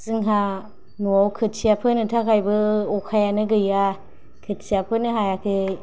जोंहा न'आव खोथिया फोनो थाखायबो अखायानो गैया खोथिया फोनो हायाखै